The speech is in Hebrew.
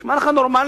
נשמע לך נורמלי?